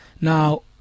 Now